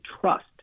trust